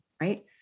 right